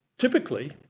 typically